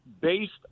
based